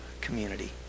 community